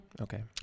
Okay